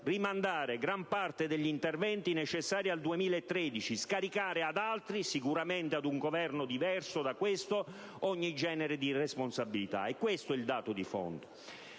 rimandare gran parte degli interventi necessari al 2013, e scaricare ad altri, sicuramente ad un Governo diverso da questo, ogni genere di responsabilità. È questo il dato di fondo.